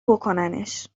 بکننش